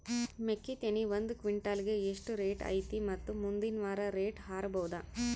ಮೆಕ್ಕಿ ತೆನಿ ಒಂದು ಕ್ವಿಂಟಾಲ್ ಗೆ ಎಷ್ಟು ರೇಟು ಐತಿ ಮತ್ತು ಮುಂದಿನ ವಾರ ರೇಟ್ ಹಾರಬಹುದ?